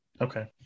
okay